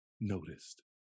noticed